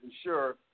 Sure